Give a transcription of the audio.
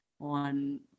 on